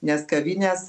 nes kavinės